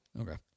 Okay